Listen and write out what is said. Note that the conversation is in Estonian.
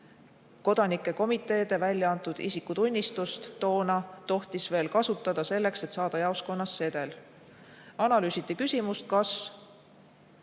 kodanike komiteede väljaantud isikutunnistust toona tohtis veel kasutada selleks, et saada jaoskonnas sedel. Analüüsiti küsimust, kas